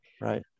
right